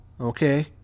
Okay